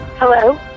Hello